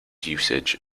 usage